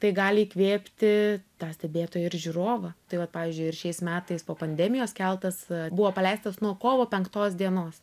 tai gali įkvėpti tą stebėtoją ir žiūrovą tai vat pavyzdžiui ir šiais metais po pandemijos keltas buvo paleistas nuo kovo penktos dienos